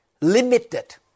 Limited